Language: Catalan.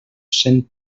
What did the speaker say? cent